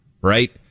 right